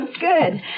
Good